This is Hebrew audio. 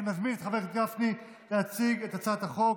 אני מזמין את חבר הכנסת משה גפני להציג את הצעת החוק,